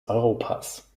europas